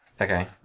Okay